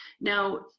Now